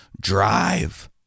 drive